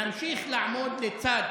נמשיך לעמוד לצד,